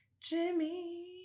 jimmy